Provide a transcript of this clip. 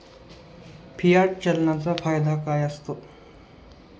Fiat चलनाचा फायदा काय असतो?